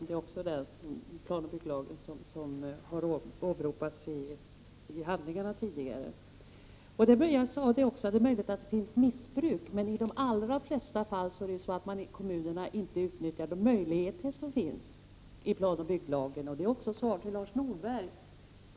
Det är också den planoch bygglagen som tidigare har åberopats i handlingarna. Det är möjligt att det finns missbruk, vilket jag tidigare sade, men i de allra flesta fall utnyttjar man i kommunerna inte de möjligheter som finns i planoch bygglagen. Detta är också ett svar till Lars Norberg.